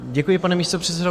Děkuji, pane místopředsedo.